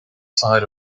side